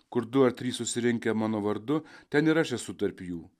kur du ar trys susirinkę mano vardu ten ir aš esu tarp jų